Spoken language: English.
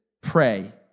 pray